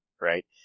Right